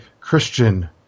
Christian